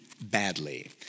badly